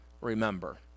remember